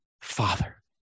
father